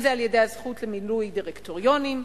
אם זה על-ידי הזכות למינוי דירקטוריונים,